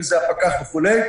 אם זה הפקח וכו',